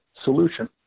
solution